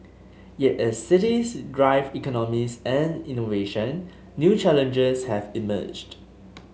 yet as cities drive economies and innovation new challenges have emerged